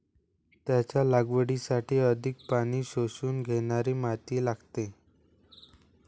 त्याच्या लागवडीसाठी अधिक पाणी शोषून घेणारी माती लागते